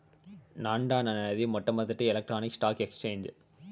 non dock అనేది మొట్టమొదటి electronic stock exchange